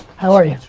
how are ya?